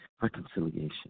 reconciliation